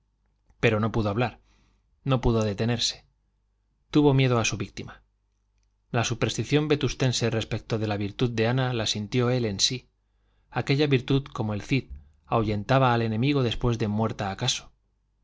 pero no pudo hablar no pudo detenerse tuvo miedo a su víctima la superstición vetustense respecto de la virtud de ana la sintió él en sí aquella virtud como el cid ahuyentaba al enemigo después de muerta acaso